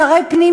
שרי פנים,